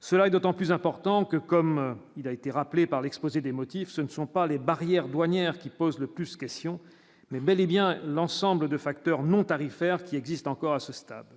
cela est d'autant plus important que comme il a été rappelé par l'exposé des motifs, ce ne sont pas les barrières douanières qui pose le plus question mais bel et bien l'ensemble de facteurs non tarifaires qui existe encore à ce stade.